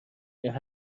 مسیر